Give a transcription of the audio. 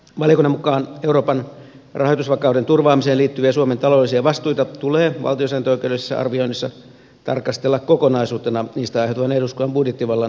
valiokunnan mukaan euroopan rahoitusvakauden turvaamiseen liittyviä suomen taloudellisia vastuita tulee valtiosääntöoikeudellisessa arvioinnissa tarkastella kokonaisuutena niistä aiheutuvan eduskunnan budjettivallan rajoituksen selvittämiseksi